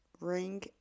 ring